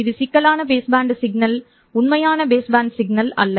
இது சிக்கலான பேஸ்பேண்ட் சமிக்ஞை உண்மையான பேஸ்பேண்ட் சமிக்ஞை அல்ல